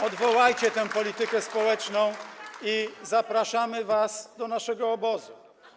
Odwołajcie tę politykę społeczną i zapraszamy was do naszego obozu.